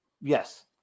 Yes